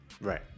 Right